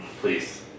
Please